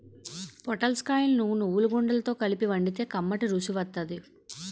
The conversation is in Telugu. పొటల్స్ కాయలను నువ్వుగుండతో కలిపి వండితే కమ్మటి రుసి వత్తాది